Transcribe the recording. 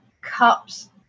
cups